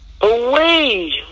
away